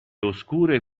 oscure